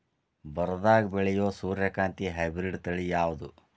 ಬರದಾಗ ಬೆಳೆಯೋ ಸೂರ್ಯಕಾಂತಿ ಹೈಬ್ರಿಡ್ ತಳಿ ಯಾವುದು?